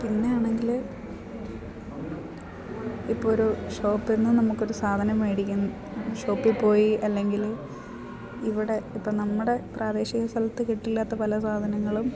പിന്നെ ആണെങ്കിൽ ഇപ്പോൾ ഒരു ഷോപ്പ്ന്ന് നമുക്ക് ഒരു സാധനം മേടിക്കും ഷോപ്പി പോയി അല്ലെങ്കിൽ ഇവിടെ ഇപ്പം നമ്മുടെ പ്രാദേശിക സ്ഥലത്ത് കിട്ടില്ലാത്ത പല സാധനങ്ങളും